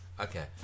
okay